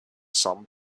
some